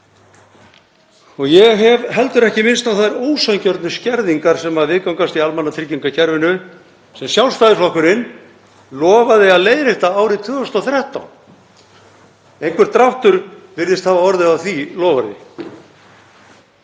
Ég hef heldur ekki minnst á þær ósanngjörnu skerðingar sem viðgangast í almannatryggingakerfinu sem Sjálfstæðisflokkurinn lofaði að leiðrétta árið 2013. Einhver dráttur virðist hafa orðið á því loforði.